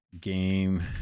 game